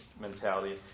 mentality